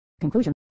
Conclusion